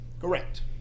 Correct